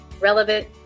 relevant